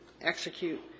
execute